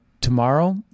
tomorrow